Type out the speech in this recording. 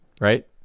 right